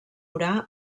urà